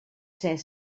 ser